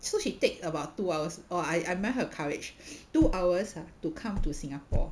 so she take about two hours or I I admire her courage two hours ah to come to singapore